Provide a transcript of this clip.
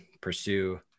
pursue